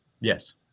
Yes